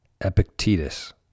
Epictetus